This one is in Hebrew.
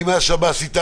שמעתם את מה שהוא אמר?